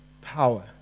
power